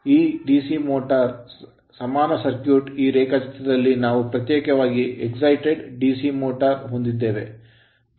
ಈಗ DC motor motor ಗೆ ಸಮಾನಸರ್ಕ್ಯೂಟ್ ಈ ರೇಖಾಚಿತ್ರದಲ್ಲಿ ನಾವು ಪ್ರತ್ಯೇಕವಾಗಿ excited ಉತ್ಸುಕ DC motor ಮೋಟರ್ ಹೊಂದಿದ್ದೇವೆ